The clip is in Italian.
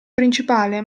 principale